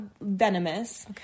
venomous